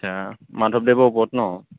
আচ্ছা মাধৱদেৱৰ ওপৰত ন'